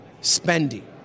spending